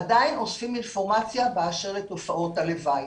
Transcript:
עדיין אוספים אינפורמציה באשר לתופעות הלוואי.